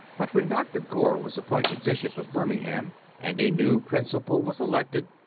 but when dr. gore was appointed bishop of birmingham and a new principal was elected,